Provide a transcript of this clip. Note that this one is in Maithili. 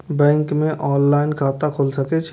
बैंक में ऑनलाईन खाता खुल सके छे?